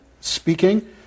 speaking